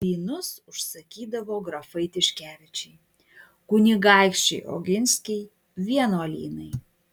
vynus užsakydavo grafai tiškevičiai kunigaikščiai oginskiai vienuolynai